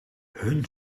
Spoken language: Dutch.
hun